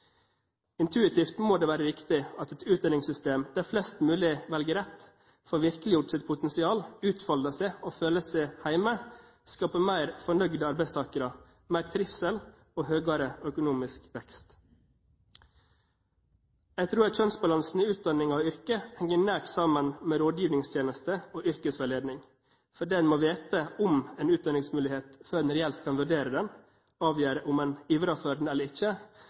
Intuitivt må det være riktig at et utdanningssystem der flest mulig velger rett, får virkeliggjort sitt potensial, utfoldet seg og føler seg hjemme, skaper mer fornøyde arbeidstakere, mer trivsel og høyere økonomisk vekst. Jeg tror at kjønnsbalansen i utdanninger og yrker henger nært sammen med rådgivningstjeneste og yrkesveiledning, fordi man må vite om en utdanningsmulighet før man reelt kan vurdere den, avgjøre om man ivrer for den eller ikke,